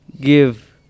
give